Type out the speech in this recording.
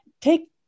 take